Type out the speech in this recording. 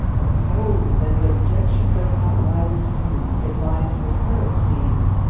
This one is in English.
oh ho! then the objection does not lie with you. it lies with her, it seems.